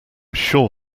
sure